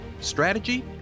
strategy